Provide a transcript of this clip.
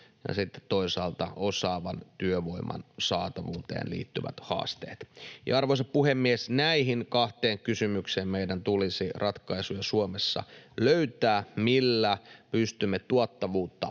toisaalta osaavan työvoiman saatavuuteen liittyvät haasteet. Arvoisa puhemies! Näihin kahteen kysymykseen meidän tulisi Suomessa löytää ratkaisuja: siihen, millä pystymme tuottavuutta parantamaan